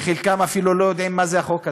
וחלקם אפילו לא יודעים מה זה החוק הזה,